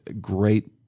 Great